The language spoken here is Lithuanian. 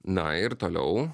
na ir toliau